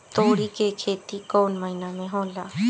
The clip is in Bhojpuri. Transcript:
तोड़ी के खेती कउन महीना में होला?